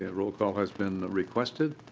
ah rollcall has been requested.